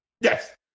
Yes